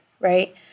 right